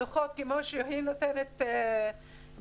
נותנת דוחות כמו שהיא נותנת בקורונה,